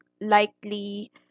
likely